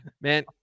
Man